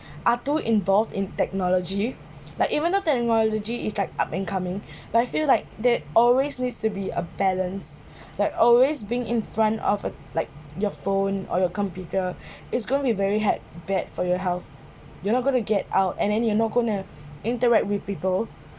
are too involved in technology like even though technology is like up and coming but I feel like there always needs to be a balance like always being in front of a like your phone or your computer is going be very bad for your health you are not going to get out and then you are not going to interact with people